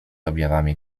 objawami